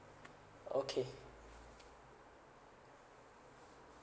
okay